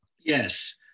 Yes